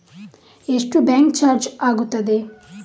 ಎಷ್ಟು bank charge ಆಗುತ್ತದೆ?